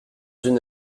une